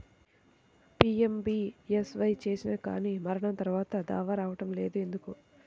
PMBSY చేసినా కానీ మరణం తర్వాత దావా రావటం లేదు ఎందుకు?